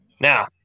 Now